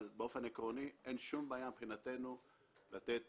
אבל באופן עקרוני אין שום בעיה מבחינתנו לתת